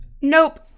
nope